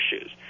issues